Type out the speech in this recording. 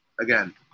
again